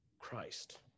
Christ